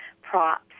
props